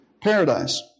paradise